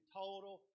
total